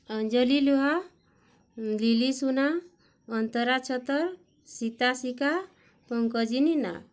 ଅଞ୍ଜଲି ଲୁହା ଲିଲି ସୁନା ଅନ୍ତରା ଛତର ସୀତା ସିକା ପଙ୍କଜିନୀ ନାକ